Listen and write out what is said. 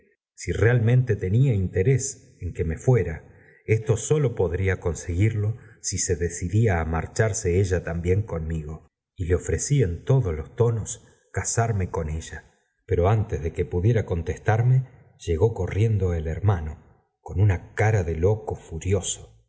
si realmente tenía interés en que me fuera esto sólo podría conseguirlo si se decidía á marcharse ella también conmigo y le ofrecí en todos los tonos casarme con ella pero antes de que pudiera contestarme llegó corriendo el hermano con una cara de loco furioso